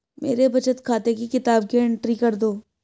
मेरे बचत खाते की किताब की एंट्री कर दो?